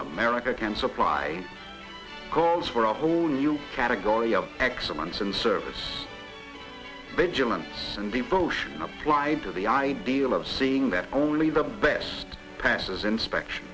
america can supply calls for a whole new category of excellence and service benjamin and the bush applied to the ideal of seeing that only the best passes inspection